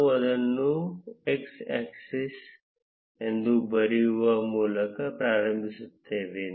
ನಾವು ಅದನ್ನು x axis ಎಂದು ಬರೆಯುವ ಮೂಲಕ ಪ್ರಾರಂಭಿಸುತ್ತೇವೆ